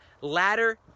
Ladder